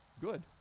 good